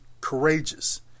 courageous